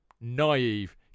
naive